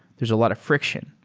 there's a lot of friction,